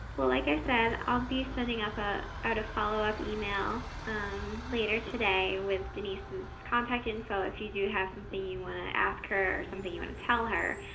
well like i said, i'll be sending ah ah out a follow-up email later today with denise's contact info if you do have something you want to ask her, or something you want and to tell her,